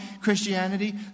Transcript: Christianity